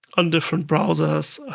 on different browsers,